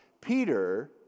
Peter